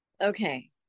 Okay